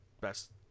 best